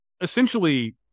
essentially